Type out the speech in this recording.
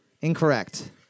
Incorrect